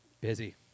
Busy